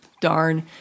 darn